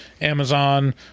Amazon